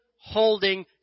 holding